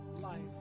life